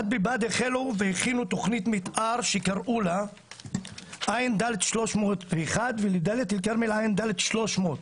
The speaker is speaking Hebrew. בד בבד החלו והכינו תכנית מתאר שקראו לה עד/301 ולדאלית אל כרמל עד/300.